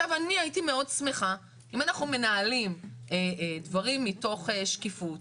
אם אנחנו מנהלים דברים מתוך שקיפות,